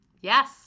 Yes